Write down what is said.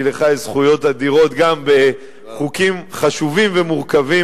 כי לך יש זכויות אדירות גם בחוקים חשובים ומורכבים